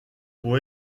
pour